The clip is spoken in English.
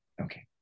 Okay